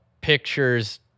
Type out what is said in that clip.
pictures